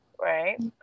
Right